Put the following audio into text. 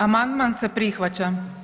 Amandman se prihvaća.